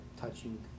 touching